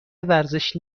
ورزش